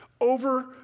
over